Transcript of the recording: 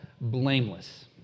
blameless